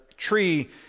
Tree